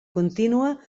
contínua